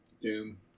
Doom